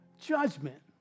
judgment